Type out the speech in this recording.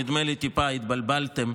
נדמה לי שטיפה התבלבלתם.